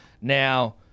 Now